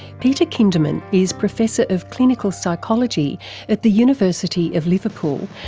peter kinderman is professor of clinical psychology at the university of liverpool,